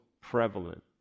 prevalent